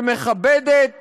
שמכבדת